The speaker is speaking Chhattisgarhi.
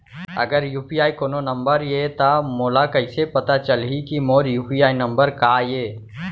अगर यू.पी.आई कोनो नंबर ये त मोला कइसे पता चलही कि मोर यू.पी.आई नंबर का ये?